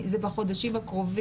זה יקרה בחודשים הקרובים.